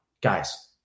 guys